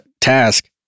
task